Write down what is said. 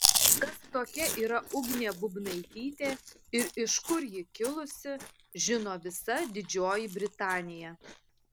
kas tokia yra ugnė bubnaitytė ir iš kur ji kilusi žino visa didžioji britanija